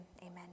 amen